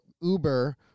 Uber